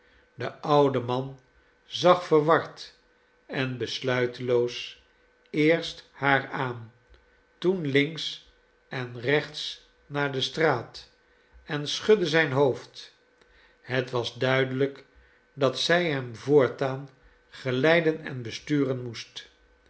de oude man zag verward en besluiteloos eerst haar aan toen links en rechts naar de straat en schudde zijn hoofd het was duidelijk dat zij hem voortaan geleiden en besturen moest